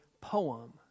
poem